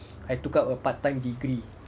I took up a part-time degree